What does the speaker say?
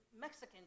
Mexican